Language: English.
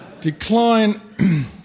Decline